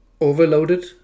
overloaded